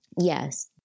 Yes